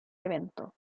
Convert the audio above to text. evento